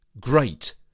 great